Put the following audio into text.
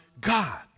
God